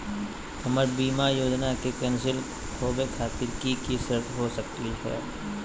हमर बीमा योजना के कैन्सल होवे खातिर कि कि शर्त हो सकली हो?